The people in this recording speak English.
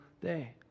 day